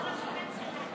מה הנס בזה?